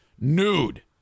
nude